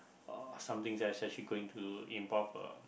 or something that's actually going to involve a